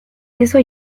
eso